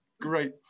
Great